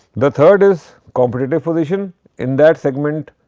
the third is competitive position in that segment